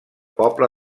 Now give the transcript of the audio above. poble